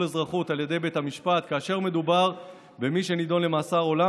אזרחות על ידי בית המשפט כאשר מדובר במי שנידון למאסר עולם